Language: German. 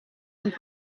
und